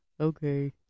okay